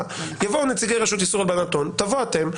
- יבואו נציגי רשות איסור הלבנת הון ותבואו אתם,